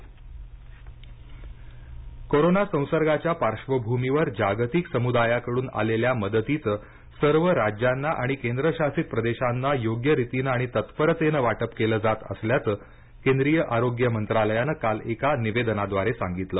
आरोग्य पुरवठा कोरोना संसर्गाच्या पार्श्वभूमीवर जागतिक समुदायाकडून आलेल्या मदतीचं सर्व राज्यांना आणि केंद्रशासित प्रदेशांना योग्य रितीनं आणि तत्परतेनं वाटप केलं जात असल्याचं केंद्रीय आरोग्य मंत्रालयानं काल एका निवेदनाद्वारे सांगितलं